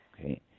Okay